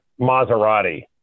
Maserati